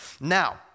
Now